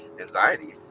anxiety